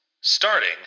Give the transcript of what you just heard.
starting